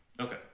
okay